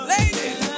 Ladies